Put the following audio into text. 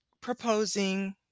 proposing